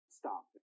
stop